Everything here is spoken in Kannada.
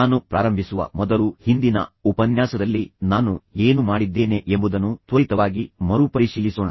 ನಾನು ಪ್ರಾರಂಭಿಸುವ ಮೊದಲು ಹಿಂದಿನ ಉಪನ್ಯಾಸದಲ್ಲಿ ನಾನು ಏನು ಮಾಡಿದ್ದೇನೆ ಎಂಬುದನ್ನು ತ್ವರಿತವಾಗಿ ಮರುಪರಿಶೀಲಿಸೋಣ